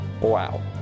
Wow